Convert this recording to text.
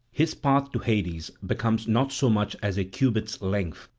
his path to hades becomes not so much as a cubit's length,